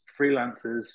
freelancers